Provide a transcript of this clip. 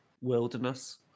wilderness